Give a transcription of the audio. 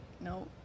no